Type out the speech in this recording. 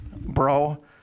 bro